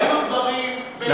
היו דברים מעולם.